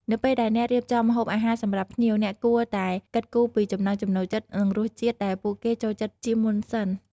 នៅពេលដែលអ្នករៀបចំម្ហូបអាហារសម្រាប់ភ្ញៀវ អ្នកគួរតែគិតគូរពីចំណង់ចំណូលចិត្តនិងរសជាតិដែលពួកគេចូលចិត្តជាមុនសិន។